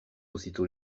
aussitôt